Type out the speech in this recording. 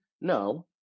No